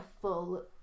full